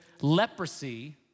leprosy